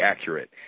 accurate